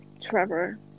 Trevor